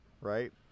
right